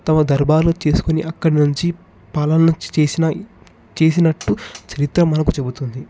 తమ దర్బారు చేసుకుని అక్కడి నుంచి పాలనొచ్చి చేసిన చేసినట్టు చరిత్ర మనకు చెబుతుంది